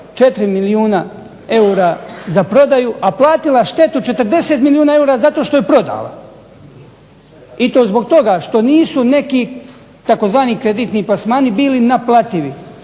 4 milijuna eura za prodaju, a platila štetu 40 milijuna eura zato što je prodala. I to zbog toga što nisu neki tzv. "kreditni plasmani" bili naplativi.